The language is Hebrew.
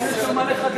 השאלה אם יש לו מה לחדש.